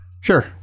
Sure